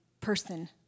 person